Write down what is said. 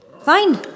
Fine